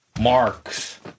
marks